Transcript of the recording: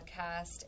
podcast